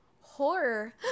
Horror